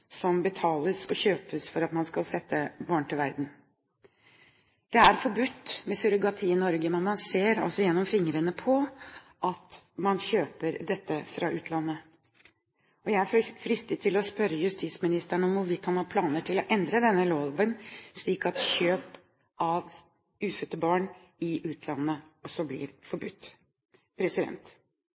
som betales og kjøpes for å sette barn til verden. Det er forbudt med surrogati i Norge, men man ser altså gjennom fingrene med at dette skjer fra utlandet. Jeg er fristet til å spørre justisministeren om hvorvidt han har planer om å endre denne loven, slik at kjøp av ufødte barn i utlandet også blir forbudt.